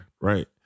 right